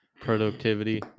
productivity